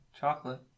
Chocolate